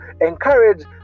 encourage